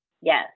Yes